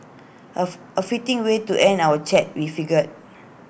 A A fitting way to end our chat we figured